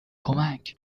کمک